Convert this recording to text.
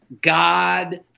God